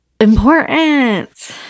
important